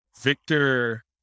Victor